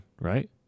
right